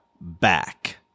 back